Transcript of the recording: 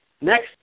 Next